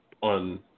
on